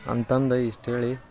ಅಂತಂದು ಇಷ್ಟು ಹೇಳಿ